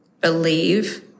believe